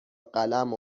قلم